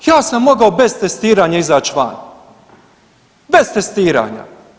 Ja sam mogao bez testiranja izać van, bez testiranja.